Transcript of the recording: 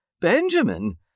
Benjamin